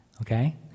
Okay